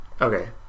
Okay